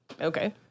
Okay